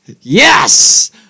Yes